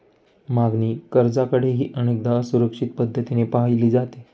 मागणी कर्जाकडेही अनेकदा असुरक्षित पद्धतीने पाहिले जाते